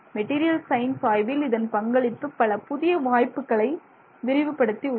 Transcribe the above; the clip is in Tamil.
மெட்டீரியல் சயின்ஸ் ஆய்வில் இதன் பங்களிப்பு பல புதிய வாய்ப்புகளை விரிவுபடுத்தியுள்ளது